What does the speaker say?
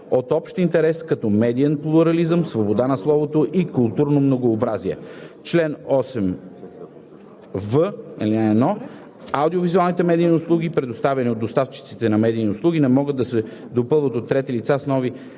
от общ интерес като медиен плурализъм, свобода на словото и културно многообразие. Чл. 8в. (1) Аудио-визуалните медийни услуги, предоставяни от доставчиците на медийни услуги, не могат да се допълват от трети лица с нови